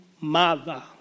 mother